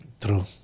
true